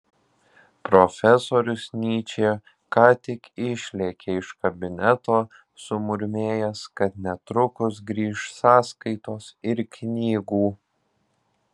profesorius nyčė ką tik išlėkė iš kabineto sumurmėjęs kad netrukus grįš sąskaitos ir knygų